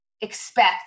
expect